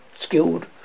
skilled